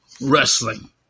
Wrestling